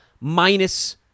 minus